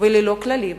וללא כללים.